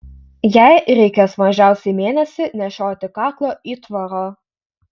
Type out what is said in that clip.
jai reikės mažiausiai mėnesį nešioti kaklo įtvarą